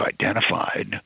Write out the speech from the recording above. identified